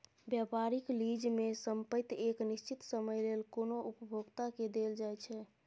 व्यापारिक लीज में संपइत एक निश्चित समय लेल कोनो उपभोक्ता के देल जाइ छइ